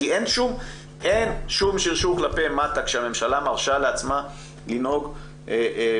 כי אין שום שרשור כלפי מטה כשהממשלה מרשה לעצמה לנהוג בכזאת